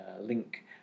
link